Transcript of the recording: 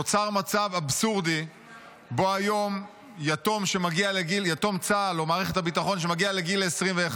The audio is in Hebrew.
נוצר מצב אבסורדי שבו היום יתום צה"ל או מערכת הביטחון שמגיע לגיל 21,